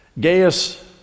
Gaius